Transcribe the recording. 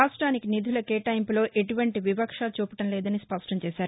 రాష్ట్రానికి నిధుల కేటాయింపులో ఎటువంటి వివక్ష చూపటం లేదని స్పష్టం చేశారు